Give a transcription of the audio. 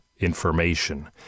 information